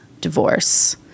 divorce